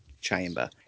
Chamber